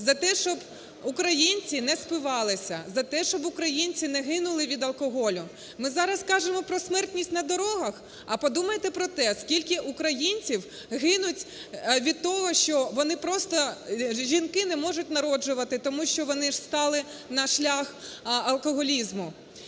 за те, щоб українці не спивалися, за те, щоб українці не гинули від алкоголю. Ми зараз кажемо про смертність на дорогах, а подумайте про те, скільки українців гинуть від того, що вони просто, жінки не можуть народжувати, тому що вони стали ж на шлях алкоголізму.